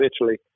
Italy